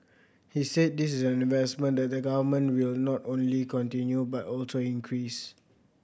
he said this is an investment that the Government will not only continue but also increase